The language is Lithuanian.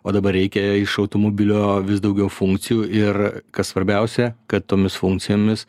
o dabar reikia iš automobilio vis daugiau funkcijų ir kas svarbiausia kad tomis funkcijomis